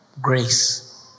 grace